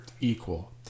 equal